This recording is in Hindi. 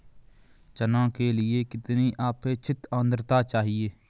चना के लिए कितनी आपेक्षिक आद्रता चाहिए?